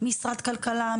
משרד כלכלה,